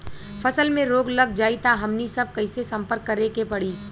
फसल में रोग लग जाई त हमनी सब कैसे संपर्क करें के पड़ी?